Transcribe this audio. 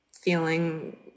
feeling